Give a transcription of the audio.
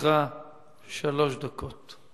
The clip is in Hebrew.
לרשותך שלוש דקות.